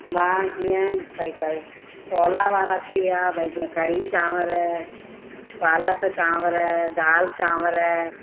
मां जीअं भई कर सहुलो वारा थी विया भई जीअं कढ़ी चांवर पालक चांवर दाल चांवर